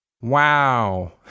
Wow